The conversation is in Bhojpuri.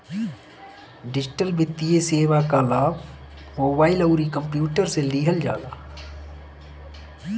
डिजिटल वित्तीय सेवा कअ लाभ मोबाइल अउरी कंप्यूटर से लिहल जाला